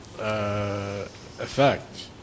effect